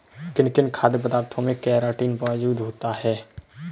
किन किन खाद्य पदार्थों में केराटिन मोजूद होता है?